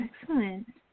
Excellent